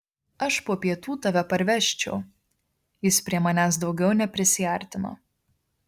aš po pietų tave parvežčiau jis prie manęs daugiau neprisiartino